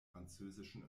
französischen